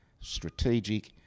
strategic